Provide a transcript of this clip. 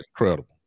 incredible